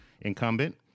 incumbent